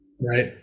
right